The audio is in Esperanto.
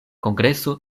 kongreso